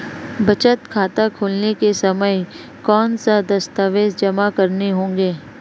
बचत खाता खोलते समय कौनसे दस्तावेज़ जमा करने होंगे?